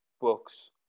books